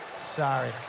Sorry